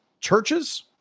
churches